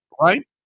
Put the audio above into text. right